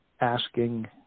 Asking